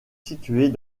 situés